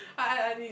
I I I need it